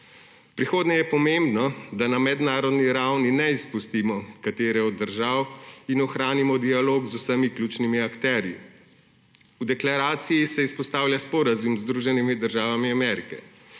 prihodnje je pomembno, da na mednarodni ravni ne izpustimo katere od držav in ohranimo dialog z vsemi ključnimi akterji. V deklaraciji se izpostavlja sporazum z Združenimi državami Amerike,